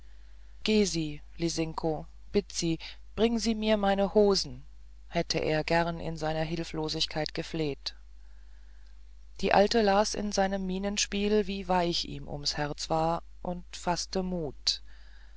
bitt sie bring sie mir meine hosen hätte er gern in seiner hilflosigkeit gefleht die alte las in seinem mienenspiel wie weich ihm ums herz war und faßte mut